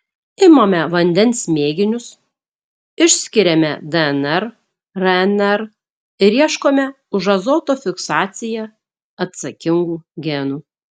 imame vandens mėginius išskiriame dnr rnr ir ieškome už azoto fiksaciją atsakingų genų